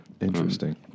Interesting